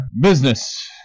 business